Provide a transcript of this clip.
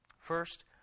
First